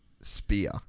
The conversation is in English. spear